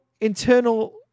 internal